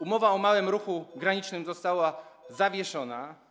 Umowa o małym ruchu granicznym została zawieszona.